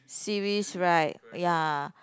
series right ya